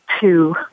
two